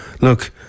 look